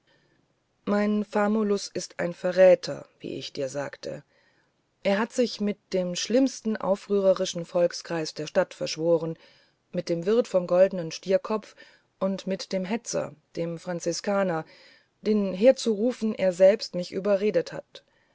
mein famulus ist ein verräter wie ich dir sagte er hat sich mit den schlimmsten aufrührerischen volkskreisen der stadt verschworen mit dem wirt vom goldenen stierkopf und mit dem hetzer dem franziskaner den herzuberufen er selber mich überredet hat